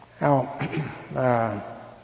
Now